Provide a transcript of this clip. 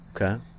okay